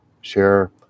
share